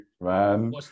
man